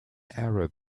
arab